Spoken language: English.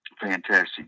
fantastic